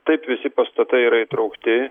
taip visi pastatai yra įtraukti